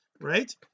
right